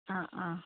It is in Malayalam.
ആ ആ